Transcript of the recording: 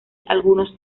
algunos